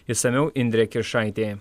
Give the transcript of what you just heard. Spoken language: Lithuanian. išsamiau indrė kiršaitė